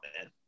man